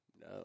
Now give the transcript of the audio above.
no